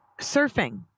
Surfing